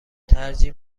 ترجیح